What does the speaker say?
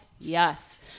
yes